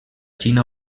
xina